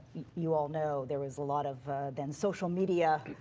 you all know, there was a lot of then social media,